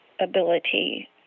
ability